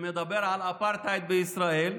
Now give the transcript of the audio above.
שמדבר על אפרטהייד בישראל,